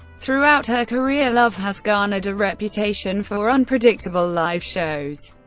throughout her career, love has garnered a reputation for unpredictable live shows.